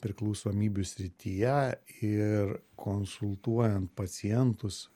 priklausomybių srityje ir konsultuojant pacientus